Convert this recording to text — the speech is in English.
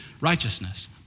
righteousness